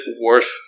worth